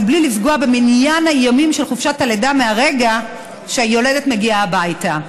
אבל בלי לפגוע במניין הימים של חופשת הלידה מהרגע שהיולדת מגיעה הביתה.